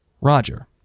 Roger